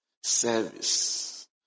Service